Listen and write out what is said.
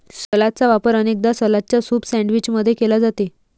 सलादचा वापर अनेकदा सलादच्या सूप सैंडविच मध्ये केला जाते